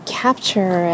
capture